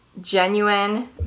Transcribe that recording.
genuine